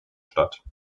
statt